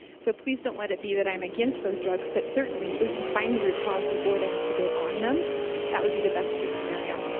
so please don't let it be that i'm against those drugs, but certainly if we can find the root cause before they have to go on them that would be the best case scenario.